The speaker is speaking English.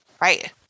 right